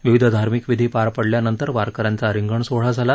विविध धार्मिक विधी पार पडल्यानंतर वारकऱ्यांचा रिंगण सोहळा झाला